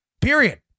period